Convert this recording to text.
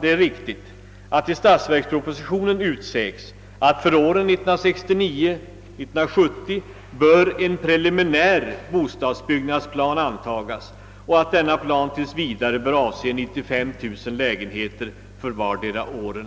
Det är riktigt att det i statsverkspropositionen utsägs att en preliminär bostadsbyggnadsplan bör antagas för åren 1969 och 1970 och att denna tills vidare bör avse 95 000 lägenheter för vartdera året,